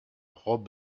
rob